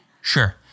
Sure